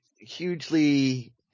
hugely